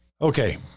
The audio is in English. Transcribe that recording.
Okay